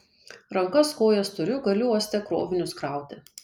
rankas kojas turiu galiu uoste krovinius krauti